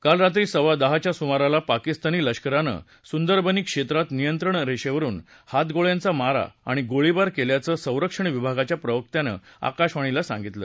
काल रात्री सव्वा दहाच्या सुमाराला पाकिस्तानी लष्करानं सुंदरबनी क्षेत्रात नियंत्रण रेषेवरुन हातगोळ्यांचा मारा आणि गोळीबार केल्याचं संरक्षण विभागाच्या प्रवक्त्यानं आकाशवाणीला सांगितलं